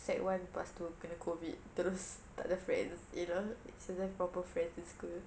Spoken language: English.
sec one lepas tu kena COVID terus tak ada friends you know she don't have proper friends in school